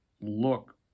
look